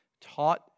taught